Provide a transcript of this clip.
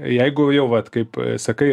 jeigu jau vat kaip sakai